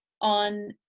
on